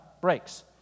breaks